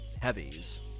heavies